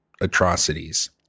atrocities